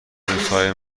روزهای